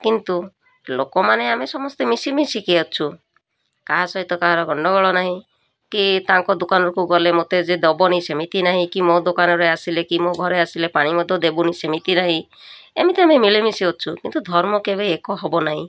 କିନ୍ତୁ ଲୋକମାନେ ଆମେ ସମସ୍ତେ ମିଶି ମିଶିକି ଅଛୁ କାହା ସହିତ କାହାର ଗଣ୍ଡଗୋଳ ନାହିଁ କି ତାଙ୍କ ଦୋକାନକୁ ଗଲେ ମୋତେ ଯେ ଦବନି ସେମିତି ନାହିଁ କି ମୋ ଦୋକାନରେ ଆସିଲେ କି ମୋ ଘରେ ଆସିଲେ ପାଣି ମଧ୍ୟ ଦେବୁନି ସେମିତି ନାହିଁ ଏମିତି ଆମେ ମିଳିମିଶି ଅଛୁ କିନ୍ତୁ ଧର୍ମ କେବେ ଏକ ହେବ ନାହିଁ